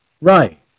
Right